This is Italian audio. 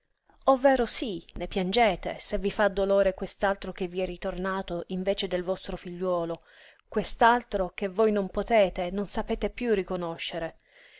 ovvero sí ne piangete se vi fa dolore quest'altro che vi è ritornato invece del vostro figliuolo quest'altro che voi non potete non sapete piú riconoscere